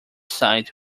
side